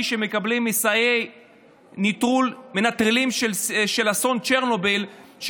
שמקבלים מסייעי נטרול אסון צ'רנוביל,